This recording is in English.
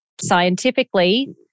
scientifically